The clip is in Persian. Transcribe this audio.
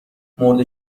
مرده